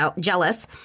jealous